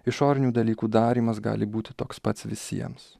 išorinių dalykų darymas gali būti toks pats visiems